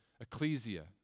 ecclesia